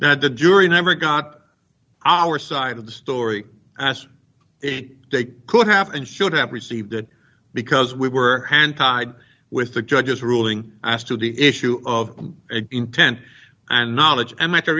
that the jury never got our side of the story as it they could have and should have received that because we were hand tied with the judge's ruling as to the issue of intent and knowledge and